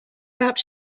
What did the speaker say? perhaps